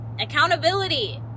Accountability